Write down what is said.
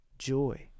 joy